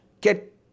Get